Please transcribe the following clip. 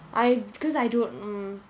I because I don't mm